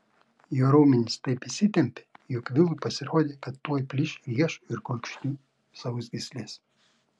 jo raumenys taip įsitempė jog vilui pasirodė kad tuoj plyš riešų ir kulkšnių sausgyslės